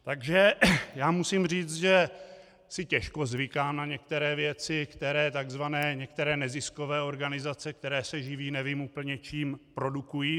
Takže já musím říct, že si těžko zvykám na některé věci, které takzvané některé neziskové organizace, které se živí nevím úplně čím, produkují.